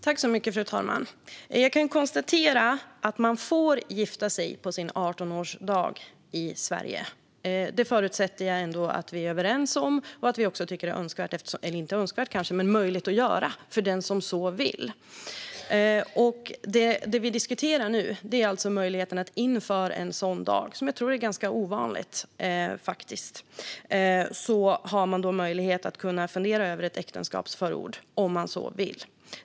Fru talman! Jag kan konstatera att man får gifta sig på sin 18-årsdag i Sverige. Det förutsätter jag ändå att vi är överens om och tycker ska vara möjligt att göra för den som så vill. Det vi diskuterar nu är alltså möjligheten att inför en sådan dag - något som jag faktiskt tror är ganska ovanligt - kunna fundera över ett äktenskapsförord om man så vill.